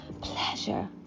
pleasure